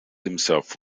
himself